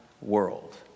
world